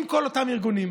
עם כל אותם ארגונים,